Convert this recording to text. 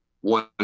one